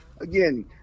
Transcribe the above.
Again